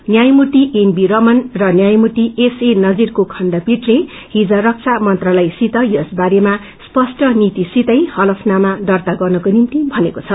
न्यायमूर्ति एनबी रमन र न्यायमूर्ति एसए नजीरको खण्डपीठले हिज रक्षा मन्त्रालयसित यस बारेमा स्पष्ट नीतिसितै ह्तफनामा दर्ता गर्नको निम्ति भनेको छ